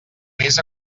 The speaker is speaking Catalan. mes